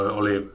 oli